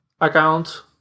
account